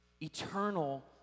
Eternal